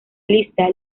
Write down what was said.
lista